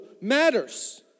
matters